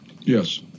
Yes